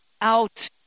out